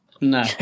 No